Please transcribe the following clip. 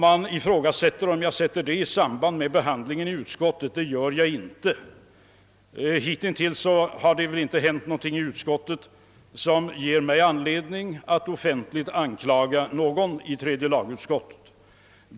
Man ifrågasätter, om jag sätter det i samband med behandlingen i utskottet. Det gör jag inte. Hitintills har det inte hänt någonting i utskottet som ger mig anledning att offentligt anklaga någon i tredje lagutskottet.